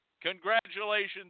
Congratulations